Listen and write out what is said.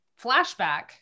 flashback